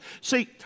See